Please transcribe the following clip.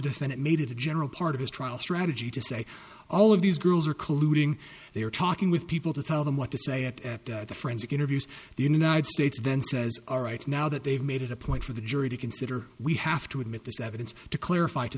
defendant made it a general part of his trial strategy to say all of these girls are colluding they are talking with people to tell them what to say at the forensic interviews the united states then says all right now that they've made it a point for the jury to consider we have to admit this evidence to clarify to